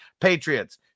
Patriots